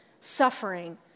suffering